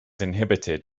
inhibited